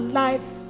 life